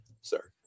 sir